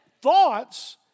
thoughts